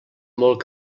molt